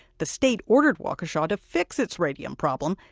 the state ordered waukesha to fix its radium problem.